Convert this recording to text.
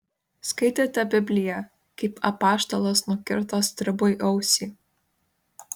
skaitėte bibliją kaip apaštalas nukirto stribui ausį